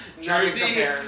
Jersey